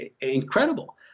incredible